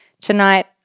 tonight